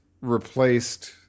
replaced